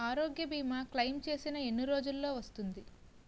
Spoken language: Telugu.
ఆరోగ్య భీమా క్లైమ్ చేసిన ఎన్ని రోజ్జులో వస్తుంది?